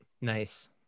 Nice